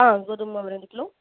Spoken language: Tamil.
ஆ கோதுமை மாவு ரெண்டு கிலோ